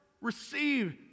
receive